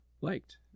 liked